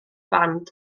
band